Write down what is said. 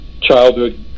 childhood